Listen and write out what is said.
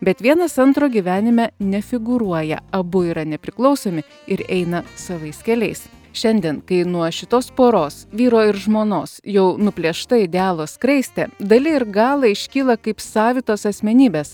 bet vienas antro gyvenime nefigūruoja abu yra nepriklausomi ir eina savais keliais šiandien kai nuo šitos poros vyro ir žmonos jau nuplėšta idealo skraistė dali ir gala iškyla kaip savitos asmenybės